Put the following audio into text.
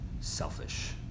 selfish